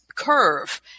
curve